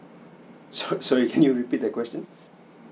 so sorry can you repeat that question